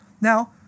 Now